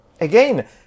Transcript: again